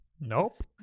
Nope